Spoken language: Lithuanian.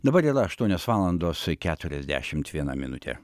dabar yra aštuonios valandos keturiasdešimt viena minutė